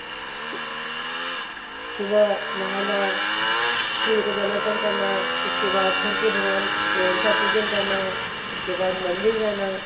सुबह नहाना सूर्य को जल अर्पण करना उसके बाद घर के भगवान को का पूजन करना उसके बाद मंदिर जाना